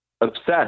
obsessed